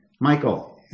Michael